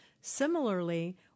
Similarly